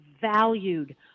valued